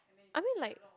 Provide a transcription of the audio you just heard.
I mean like